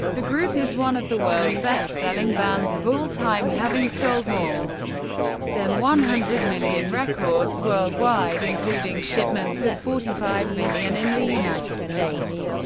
the group is one of the world's best-selling bands of all time, having sold more than one hundred million records worldwide, including shipments of forty five million in the united states.